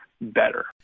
better